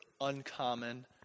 uncommon